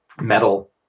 metal